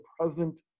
present